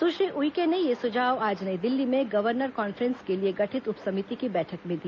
सुश्री उइके ने यह सुझाव आज नई दिल्ली में गर्वनर कॉन्फ्रेंस के लिए गठित उप समिति की बैठक में दिया